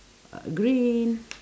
green